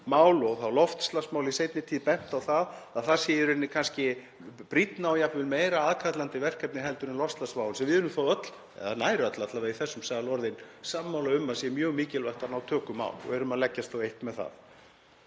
og þá loftslagsmál í seinni tíð, bent á að það sé í rauninni kannski brýnna og jafnvel meira aðkallandi verkefni heldur en loftslagsváin sem við erum þó öll, eða nær öll alla vega í þessum sal, orðin sammála um að sé mjög mikilvægt að ná tökum á og erum að leggjast á eitt með það.